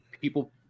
people